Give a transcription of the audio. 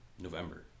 November